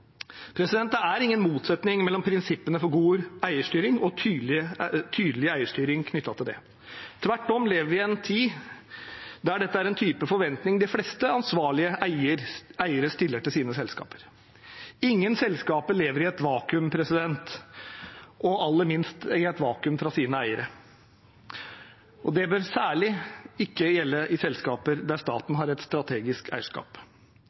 Det er ingen motsetning mellom prinsippene for god eierstyring og tydelig eierstyring knyttet til det. Tvert om lever vi i en tid der dette er en type forventning de fleste ansvarlige eiere stiller til sine selskaper. Ingen selskaper lever i et vakuum, og aller minst i et vakuum fra sine eiere. Det bør særlig ikke gjelde i selskaper der staten har et strategisk eierskap.